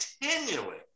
continually